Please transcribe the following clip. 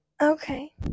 Okay